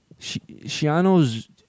Shiano's